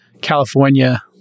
California